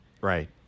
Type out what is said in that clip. right